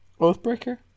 Oathbreaker